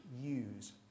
use